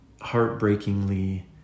heartbreakingly